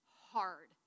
hard